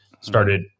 started